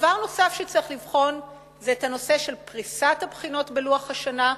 דבר נוסף שצריך לבחון זה הנושא של פריסת הבחינות בלוח השנה.